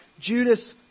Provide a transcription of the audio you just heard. Judas